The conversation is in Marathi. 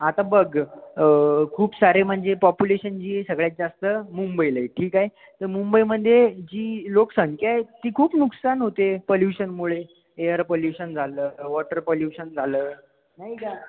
आता बघ खूप सारे म्हणजे पॉप्युलेशन जी सगळ्यात जास्त मुंबईला आहे ठीक आहे तर मुंबईमध्ये जी लोकसंख्या आहे ती खूप नुकसान होते पोल्यूशनमुळे एअर पोल्यूशन झालं वॉटर पोल्यूशन झालं नाही का